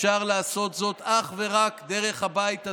אפשר לעשות זאת אך ורק דרך הבית הזה,